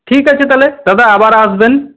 ঠিক আছে তাহলে দাদা আবার আসবেন